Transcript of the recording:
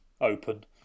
Open